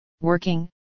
working